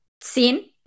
scene